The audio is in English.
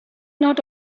not